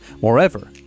Moreover